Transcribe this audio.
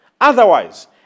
Otherwise